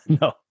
no